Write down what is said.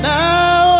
now